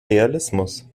realismus